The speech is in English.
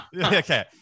Okay